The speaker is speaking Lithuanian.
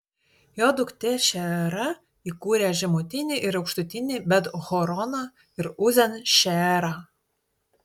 jo duktė šeera įkūrė žemutinį ir aukštutinį bet horoną ir uzen šeerą